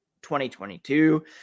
2022